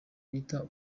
bita